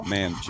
Man